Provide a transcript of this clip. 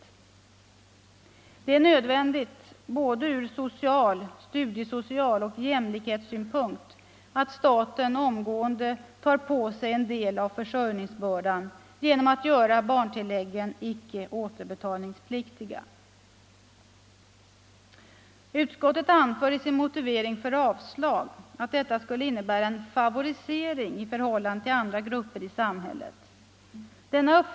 Nr 83 Det är nödvändigt ur både studiesocial synpunkt och jämlikhetssyn Tisdagen den punkt att staten omgående tar på sig en del av försörjningsbördan genom 20 maj 1975 att göra barntilläggen icke återbetalningspliktiga. - 5 Utskottet anför i sin motivering för avslag att detta skulle innebära — Vuxenutbildningen, en favorisering i förhållande till andra grupper i samhället. Denna uppm.m.